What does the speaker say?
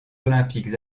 olympiques